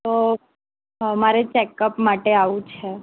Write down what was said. તો મારે ચેકઅપ માટે આવવું છે